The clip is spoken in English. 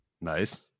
nice